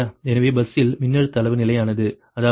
எனவே பஸ்ஸில் மின்னழுத்த அளவு நிலையானது அதாவது V2 உங்கள் அளவு 1